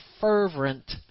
fervent